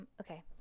okay